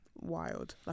wild